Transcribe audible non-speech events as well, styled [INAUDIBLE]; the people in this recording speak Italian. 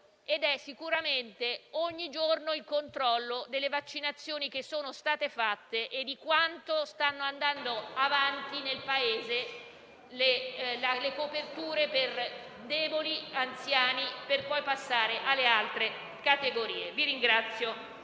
lo è sicuramente, ogni giorno, il controllo delle vaccinazioni che sono state fatte e di quanto stanno andando avanti nel Paese le coperture per deboli e anziani, per poi passare alle altre categorie. [APPLAUSE]